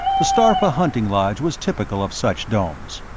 the starpha hunting lodge was typical of such domes.